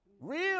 Real